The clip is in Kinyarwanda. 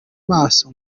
maso